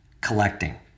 collecting